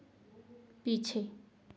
पीछे